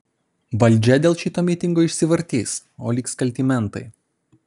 valdžia dėl šito mitingo išsivartys o liks kalti mentai